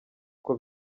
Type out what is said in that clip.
uko